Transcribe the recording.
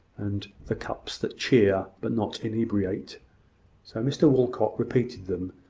and the cups that cheer but not inebriate so mr walcot repeated them,